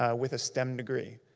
ah with a stem degree,